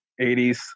80s